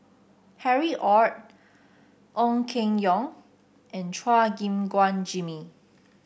Harry Ord Ong Keng Yong and Chua Gim Guan Jimmy